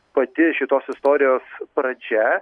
pati šitos istorijos pradžia